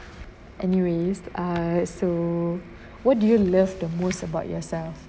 anyways err so what do you love the most about yourself